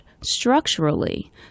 structurally